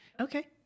Okay